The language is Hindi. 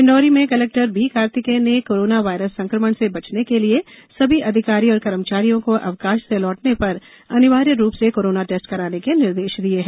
डिंडोरी में कलेक्टर बी कार्तिकेय ने कोरोना वायरस संक्रमण से बचने के लिये सभी अधिकारी और कर्मचारियों को अवकाश से लौटने पर अनिवार्य रूप से कोरोना टेस्ट कराने के निर्देश दिये हैं